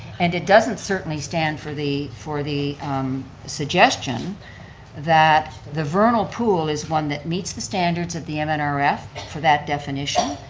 and it doesn't certainly stand for the for the suggestion that the vernal pool is one that meets the standards of the and and ah mnrf for that definition,